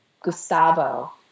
Gustavo